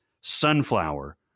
Sunflower